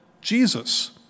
Jesus